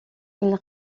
ils